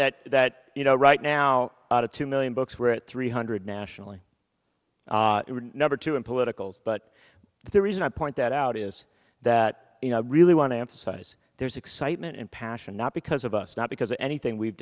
at that you know right now out of two million books where it three hundred nationally number two in political but the reason i point that out is that you know i really want to emphasize there's excitement and passion not because of us not because of anything we've